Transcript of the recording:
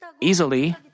easily